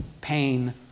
pain